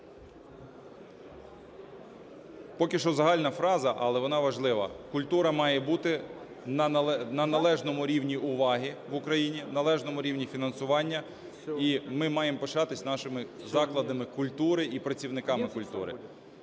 Поки що загальна фраза, але вона важлива. Культура має бути на належному рівні уваги в Україні, належному рівні фінансування і ми маємо пишатися нашими закладами культури і працівниками культури.